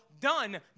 done